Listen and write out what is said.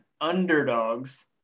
underdogs